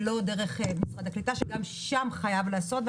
ולא דרך משרד הקליטה, שגם שם חייב להיעשות דבר.